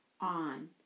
on